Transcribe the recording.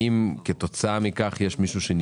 ה-4 ביולי 2022. אני מתכבד לפתוח את הדיון בסעיף השני שעל סדר